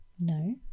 No